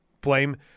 Blame